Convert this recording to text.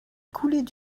coulaient